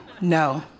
No